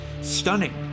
stunning